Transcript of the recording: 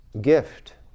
gift